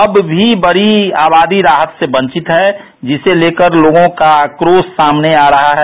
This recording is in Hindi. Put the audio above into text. अब भी बड़ी आबादी राहत से वंचित है जिसे लेकर लोगों का आक्रोश सामने आ रहा है